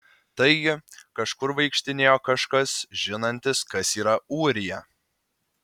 taigi kažkur vaikštinėjo kažkas žinantis kas yra ūrija